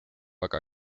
aga